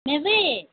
baby